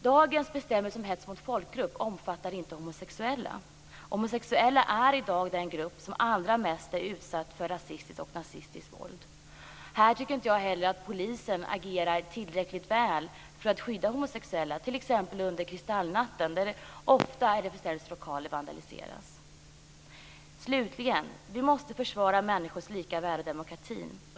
Dagens bestämmelse om hets mot folkgrupp omfattar inte homosexuella. Homosexuella är i dag den grupp som är allra mest utsatt för rasistiskt och nazistiskt våld. Jag tycker inte heller att polisen agerar tillräckligt väl för att skydda homosexuella, t.ex. under minnesdagen för Kristallnatten, där RFSL:s lokaler ofta vandaliseras. Slutligen: Vi måste försvara människors lika värde och demokratin.